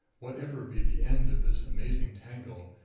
whatever be the end of this amazing tangle,